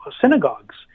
synagogues